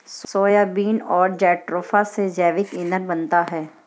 soybean और jatropha से जैविक ईंधन बनता है